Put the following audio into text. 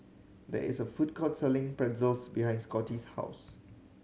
there is a food court selling Pretzel behind Scottie's house